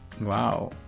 wow